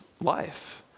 life